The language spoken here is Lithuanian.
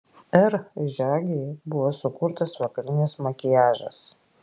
r žiogei buvo sukurtas vakarinis makiažas